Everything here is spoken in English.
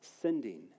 sending